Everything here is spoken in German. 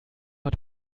hat